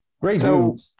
great